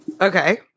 Okay